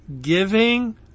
giving